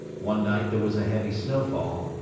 one night there was a heavy snowfall,